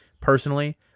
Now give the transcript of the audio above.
personally